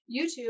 YouTube